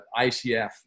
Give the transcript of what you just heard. ICF